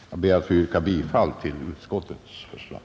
Jag ber att få yrka bifall till utskottets förslag.